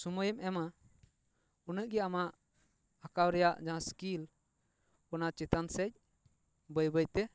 ᱥᱳᱢᱳᱭᱮᱢ ᱮᱢᱟ ᱩᱱᱟᱹᱜ ᱜᱮ ᱟᱢᱟᱜ ᱟᱸᱠᱟᱣ ᱨᱮᱭᱟᱜ ᱡᱟᱦᱟᱸ ᱥᱠᱤᱞ ᱚᱱᱟ ᱪᱮᱛᱟᱱ ᱥᱮᱫ ᱵᱟᱹᱭ ᱵᱟᱹᱭᱛᱮ